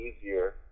easier